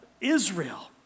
Israel